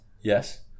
yes